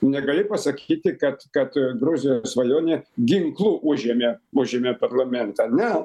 negali pasakyti kad kad gruzijos svajonė ginklu užėmė užėmė parlamentą ne